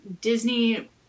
Disney